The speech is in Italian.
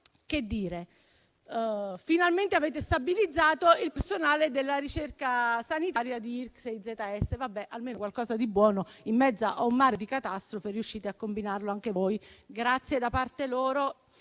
contenta. Finalmente avete stabilizzato il personale della ricerca sanitaria degli IRCCS e IZS: almeno qualcosa di buono, in mezzo a un mare di catastrofi, riuscite a combinarlo anche voi. Un grazie da parte loro.